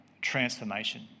transformation